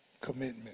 commitment